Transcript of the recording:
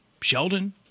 Sheldon